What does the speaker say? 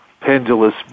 pendulous